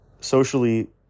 socially